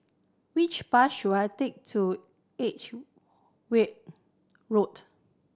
which bus should I take to Edgeware Road